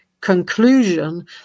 conclusion